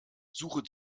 suche